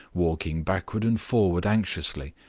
walking backward and forward anxiously,